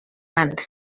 banda